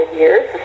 years